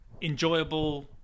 enjoyable